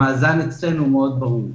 המאזן אצלנו הוא מאוד ברור.